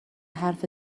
حرف